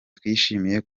twishimiye